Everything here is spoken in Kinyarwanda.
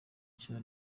cya